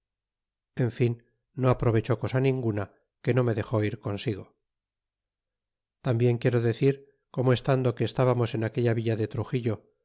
en fin no aprovechó cosa ninguna que no me dexé ir consigo tarnbien quiero decir como estando que estábamos en aquella villa de truxillo